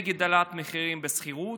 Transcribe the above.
נגד העלאת מחירים בשכירות,